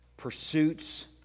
pursuits